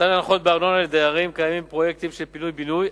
מתן הנחות בארנונה לדיירים קיימים בפרויקטים של פינוי-בינוי,